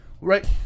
Right